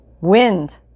Wind